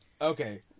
Okay